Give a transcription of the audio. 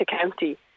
county